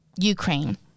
ukraine